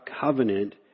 covenant